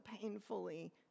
painfully